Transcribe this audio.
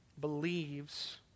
believes